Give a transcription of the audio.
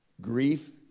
grief